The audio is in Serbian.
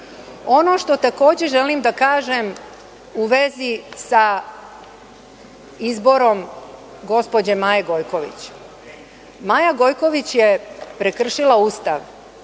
što takođe želim da kažem u vezi sa izborom gospođe Maje Gojković. Maja Gojković je prekršila Ustav.